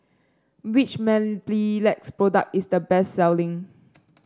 which Mepilex product is the best selling